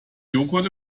joghurt